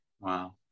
Wow